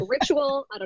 Ritual